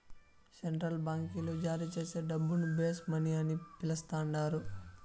central బాంకీలు జారీచేసే డబ్బును బేస్ మనీ అని పిలస్తండారు